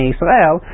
Israel